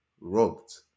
Robbed